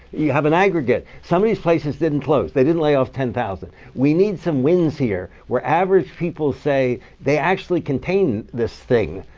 you have an aggregate. some of these places didn't close. they didn't lay off ten thousand. we need some wins here, where average people say they actually contained this thing,